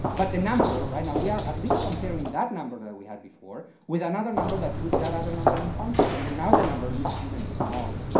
but the number, right now we are at least comparing that number that we had before, with another number that puts that other number in context. and now the number looks even smaller.